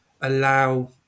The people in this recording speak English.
allow